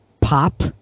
pop